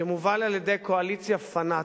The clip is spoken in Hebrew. שמובל על-ידי קואליציה פנאטית,